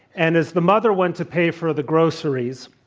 and as the mother went to pay for the groceries,